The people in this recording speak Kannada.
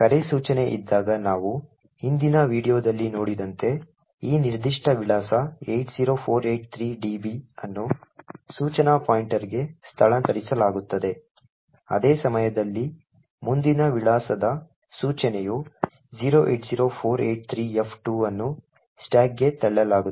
ಕರೆ ಸೂಚನೆ ಇದ್ದಾಗ ನಾವು ಹಿಂದಿನ ವೀಡಿಯೊದಲ್ಲಿ ನೋಡಿದಂತೆ ಈ ನಿರ್ದಿಷ್ಟ ವಿಳಾಸ 80483db ಅನ್ನು ಸೂಚನಾ ಪಾಯಿಂಟರ್ಗೆ ಸ್ಥಳಾಂತರಿಸಲಾಗುತ್ತದೆ ಅದೇ ಸಮಯದಲ್ಲಿ ಮುಂದಿನ ವಿಳಾಸದ ಸೂಚನೆಯು 080483f2 ಅನ್ನು ಸ್ಟಾಕ್ಗೆ ತಳ್ಳಲಾಗುತ್ತದೆ